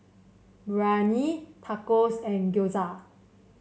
Biryani Tacos and Gyoza